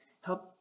help